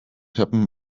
happen